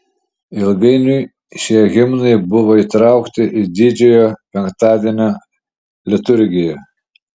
ilgainiui šie himnai buvo įtraukti į didžiojo penktadienio liturgiją